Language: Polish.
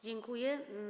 Dziękuję.